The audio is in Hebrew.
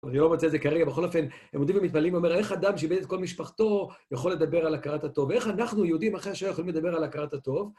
אני לא מוצא את זה כרגע, בכל אופן, הם עומדים ומתפללים אומר, איך אדם שאיבד את כל משפחתו יכול לדבר על הכרת הטוב? ואיך אנחנו, יהודים, אחרי השואה יכולים לדבר על הכרת הטוב?